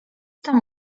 tam